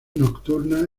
nocturna